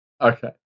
Okay